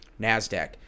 NASDAQ